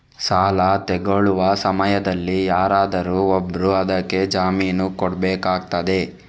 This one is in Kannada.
ಸಾಲ ತೆಗೊಳ್ಳುವ ಸಮಯದಲ್ಲಿ ಯಾರಾದರೂ ಒಬ್ರು ಅದಕ್ಕೆ ಜಾಮೀನು ಕೊಡ್ಬೇಕಾಗ್ತದೆ